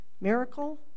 Miracle